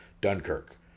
Dunkirk